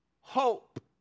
Hope